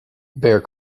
bear